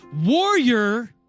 warrior